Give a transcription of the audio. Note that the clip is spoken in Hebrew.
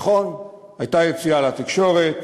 נכון, הייתה יציאה לתקשורת.